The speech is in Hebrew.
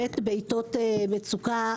בעיתות מצוקה,